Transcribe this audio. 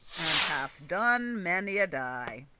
and hath done many a day.